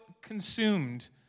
consumed